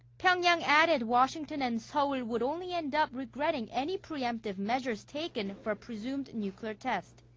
pyongyang added washington and seoul would only end up regretting any pre-emptive measures taken for a presumed nuclear test.